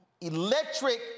electric